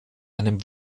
einem